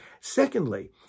Secondly